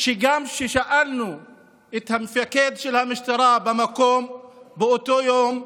שגם כששאלנו את המפקד של המשטרה במקום באותו יום,